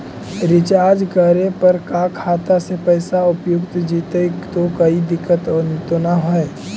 Recharge करे पर का खाता से पैसा उपयुक्त जितै तो कोई दिक्कत तो ना है?